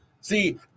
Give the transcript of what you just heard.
See